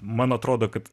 man atrodo kad